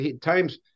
times –